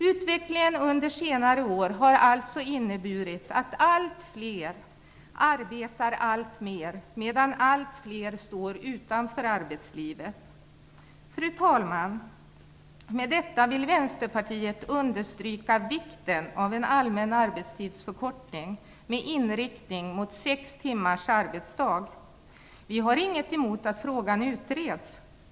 Utvecklingen under senare år har alltså inneburit att allt fler arbetar alltmer, medan allt fler står utanför arbetslivet. Fru talman! Med detta vill Vänsterpartiet understryka vikten av en allmän arbetstidsförkortning med inriktning mot sex timmars arbetsdag. Vi har inget emot att frågan utreds.